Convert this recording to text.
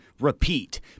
repeat